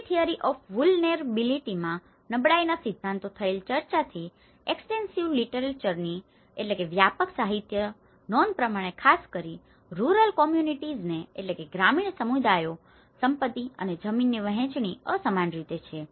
આપણી theory of વુલનેરબીલીટીમાં theories of vulnerability નબળાઈના સિદ્ધાંતો થયેલ ચર્ચાથી એક્સટેનસીવ લિટરેચરની extensive literature વ્યાપક સાહિત્ય નોંધ પ્રમાણે ખાસ કરીને રૂરલ કોમ્યુનિટીસને rural communities ગ્રામીણ સમુદાયો સંપતિ અને જમીનની વહેંચણી અસમાન રીતે છે